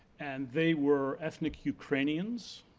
and they were ethnic ukrainians.